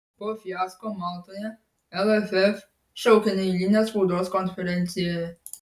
po fiasko maltoje lff šaukia neeilinę spaudos konferenciją